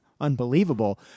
unbelievable